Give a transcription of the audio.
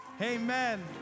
Amen